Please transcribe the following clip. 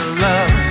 love